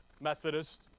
Methodist